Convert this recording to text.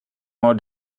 more